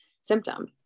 symptom